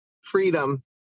freedom